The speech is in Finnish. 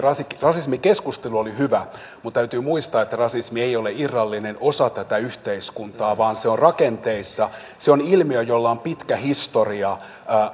rasismikeskustelu oli hyvä mutta täytyy muistaa että rasismi ei ole irrallinen osa tätä yhteiskuntaa vaan se on rakenteissa se on ilmiö jolla on pitkä historia